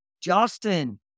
Justin